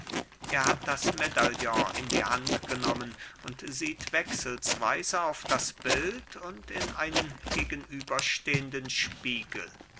er hat das medaillon in die hand genommen und sieht wechselsweise auf das bild und in einen gegenüberstehenden spiegel